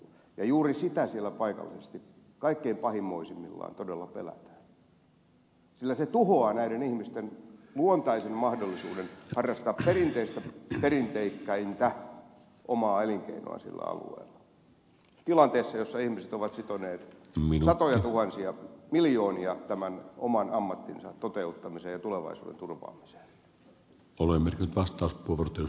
ja juuri sitä siellä paikallisesti kaikkein pahimmoisimmillaan todella pelätään sillä se tuhoaa näiden ihmisen luontaisen mahdollisuuden harrastaa perinteikkäintä omaa elinkeinoaan sillä alueella tilanteessa jossa ihmiset ovat sitoneet satoja tuhansia miljoonia tämän oman ammattinsa toteuttamiseen ja tulevaisuuden turvaamiseen